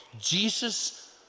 Jesus